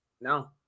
No